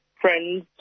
friends